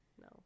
no